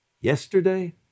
Yesterday